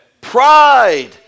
pride